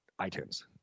iTunes